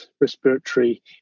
respiratory